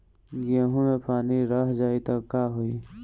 गेंहू मे पानी रह जाई त का होई?